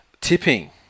Tipping